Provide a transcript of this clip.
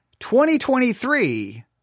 2023